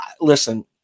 listen